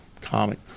comic